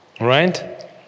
right